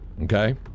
Okay